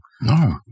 No